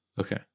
Okay